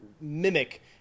mimic